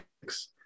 six